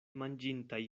manĝintaj